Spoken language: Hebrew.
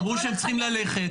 אמרו שהם צריכים ללכת,